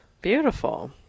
Beautiful